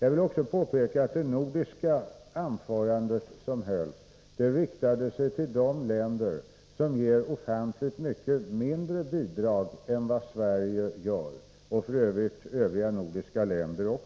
Jag vill också påpeka att det nordiska anförande som hölls riktade sig till de länder som ger ofantligt mycket mindre bidrag än vad Sverige gör — och f. ö. också till övriga nordiska länder.